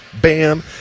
Bam